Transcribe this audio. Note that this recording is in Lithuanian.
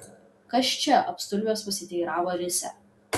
kas čia apstulbęs pasiteiravo risią